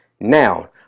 now